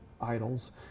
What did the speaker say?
idols